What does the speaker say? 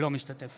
אינו משתתף